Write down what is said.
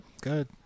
good